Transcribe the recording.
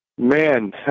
Man